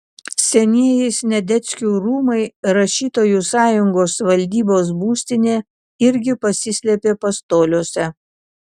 senieji sniadeckių rūmai rašytojų sąjungos valdybos būstinė irgi pasislėpė pastoliuose